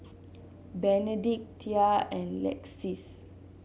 Benedict Thea and Lexis